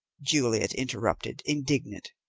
juliet interrupted, indignant.